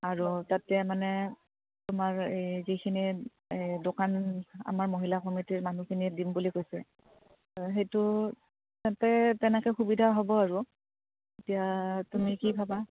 আৰু তাতে মানে তোমাৰ এই যিখিনি এই দোকান আমাৰ মহিলা সমিতিৰ মানুহখিনিয়ে দিম বুলি কৈছে সেইটো ততে তেনেকে সুবিধা হ'ব আৰু এতিয়া তুমি কি ভাবা